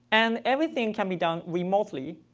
and everything can be done remotely.